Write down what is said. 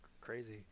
crazy